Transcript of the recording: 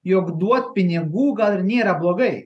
jog duot pinigų gal ir nėra blogai